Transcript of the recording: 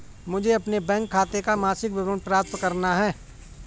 मुझे अपने बैंक खाते का मासिक विवरण प्राप्त करना है?